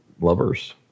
lovers